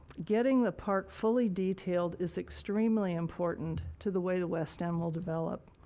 getting the part fully detailed is extremely important to the way the west end will develop.